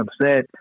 upset